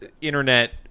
internet